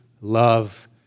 love